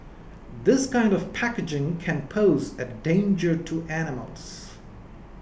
this kind of packaging can pose a danger to animals